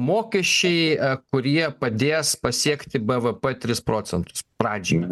mokesčiai kurie padės pasiekti bvp tris procentus pradžiai